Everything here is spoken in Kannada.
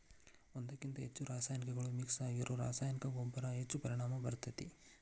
ಒಂದ್ಕಕಿಂತ ಹೆಚ್ಚು ರಾಸಾಯನಿಕಗಳು ಮಿಕ್ಸ್ ಆಗಿರೋ ರಾಸಾಯನಿಕ ಗೊಬ್ಬರ ಹೆಚ್ಚ್ ಪರಿಣಾಮ ಬೇರ್ತೇತಿ